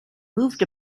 moved